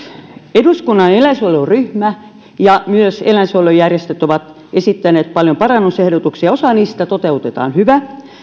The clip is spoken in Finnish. eduskunnan eläinsuojeluryhmä ja myös eläinsuojelujärjestöt ovat esittäneet paljon parannusehdotuksia osa niistä toteutetaan hyvä